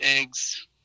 eggs